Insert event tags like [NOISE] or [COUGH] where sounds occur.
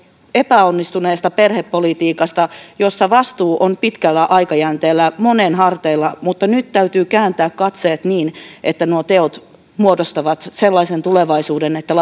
epäonnistuneesta perhepolitiikasta jossa vastuu on pitkällä aikajänteellä monen harteilla mutta nyt täytyy kääntää katseet niin että nuo teot muodostavat sellaisen tulevaisuuden että [UNINTELLIGIBLE]